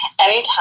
anytime